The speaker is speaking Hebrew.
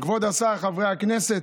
כבוד השר, חברי הכנסת,